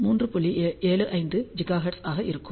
75 GHz ஆக இருக்கும்